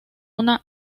una